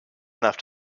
enough